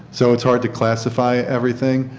so it is hard to classify everything.